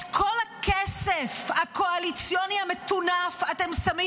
את כל הכסף הקואליציוני המטונף אתם שמים